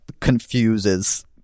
confuses